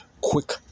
Quick